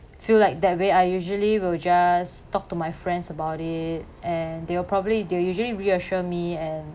feel like that way I usually will just talk to my friends about it and they will probably they'll usually reassure me and